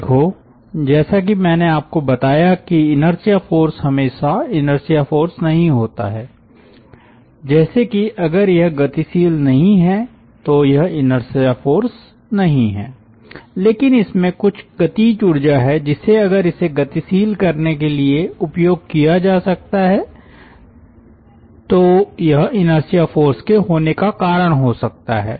देखो जैसा कि मैंने आपको बताया कि इनर्शिया फ़ोर्स हमेशा इनर्शिया फ़ोर्स नहीं होता है जैसे कि अगर यह गतिशील नहीं है तो यह इनर्शिया फ़ोर्स नहीं है लेकिन इसमें कुछ गतिज ऊर्जा है जिसे अगर इसे गतिशील करने के लिए उपयोग किया जा सकता है तो यह इनर्शिया फ़ोर्स के होने का कारण हो सकता है